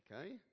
Okay